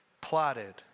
plotted